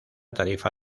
tarifa